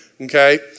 okay